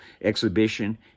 exhibition